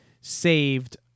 saved